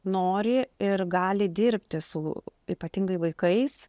nori ir gali dirbti su ypatingai vaikais